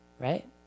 Right